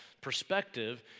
perspective